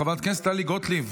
חברת הכנסת טלי גוטליב.